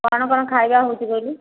କ'ଣ କ'ଣ ଖାଇବା ହେଉଛି କହିଲୁ